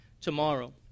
tomorrow